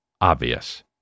obvious